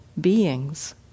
beings